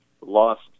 lost